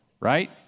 right